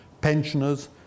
pensioners